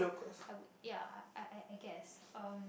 I would ya I I I guess um